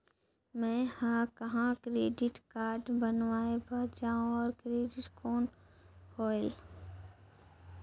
मैं ह कहाँ क्रेडिट कारड बनवाय बार जाओ? और क्रेडिट कौन होएल??